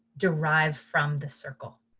derive from the circle.